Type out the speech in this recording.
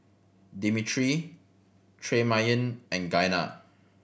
Dimitri Tremayne and Giana